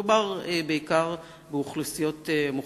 מדובר בעיקר באוכלוסיות מוחלשות: